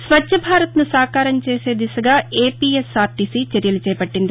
స్వచ్చ భారత్ను సాకారం చేసే దిశగా ఏపీఎస్ఆర్టీసీ చర్యలు చేపట్లింది